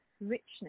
richness